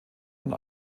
und